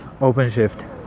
OpenShift